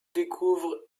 découvre